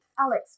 Alex